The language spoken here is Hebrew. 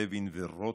לוין ורוטמן,